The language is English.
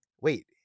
wait